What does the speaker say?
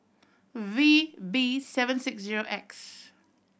V B seven six zero X